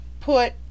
put